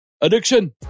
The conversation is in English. Addiction